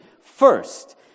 first